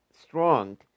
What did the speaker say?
strong